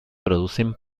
producen